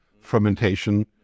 fermentation